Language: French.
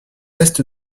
est